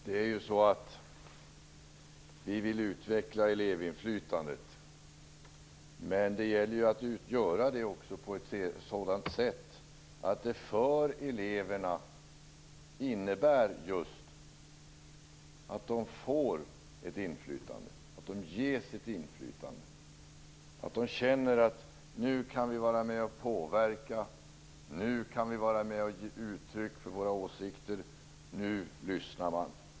Herr talman! Vi vill utveckla elevinflytandet. Men det gäller att göra det på ett sådant sätt att det för eleverna innebär just att de får ett inflytande, att de ges ett inflytande. Det gäller att de känner att nu kan vi vara med och påverka. Nu kan vi vara med och ge uttryck för våra åsikter. Nu lyssnar man.